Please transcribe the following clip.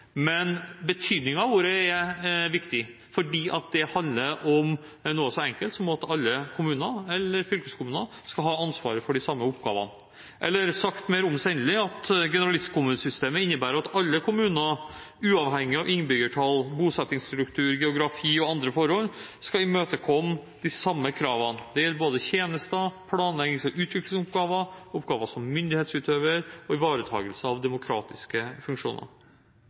Men betydningen av ordet er viktig. Det handler om noe så enkelt som at alle kommuner eller fylkeskommuner skal ha ansvaret for de samme oppgavene. Eller sagt mer omstendelig: Generalistkommunesystemet innebærer at alle kommuner, uavhengig av innbyggertall, bosettingsstruktur, geografi og andre forhold, skal imøtekomme de samme kravene. Det gjelder både tjenester, planleggings- og utviklingsoppgaver, oppgaven som myndighetsutøver og ivaretakelse av demokratiske funksjoner.